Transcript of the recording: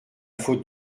faute